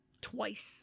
twice